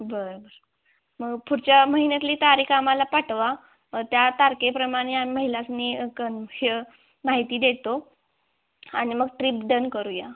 बरं पुढच्या महिन्यातली तारीख आम्हाला पाठवा त्या तारखेप्रमाणे आम्ही महिलास्नी कंश माहिती देतो आणि मग ट्रीप डन करूया